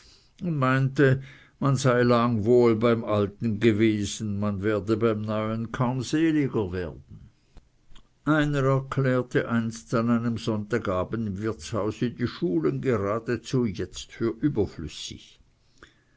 meinte man sei lang wohl beim alten gewesen man werde beim neuen kaum seliger werden einer erklärte einst an einem sonntag abends im wirtshause die schulen geradezu jetzt für überflüssig